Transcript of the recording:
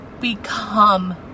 become